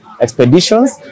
expeditions